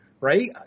Right